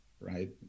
right